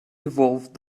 evolved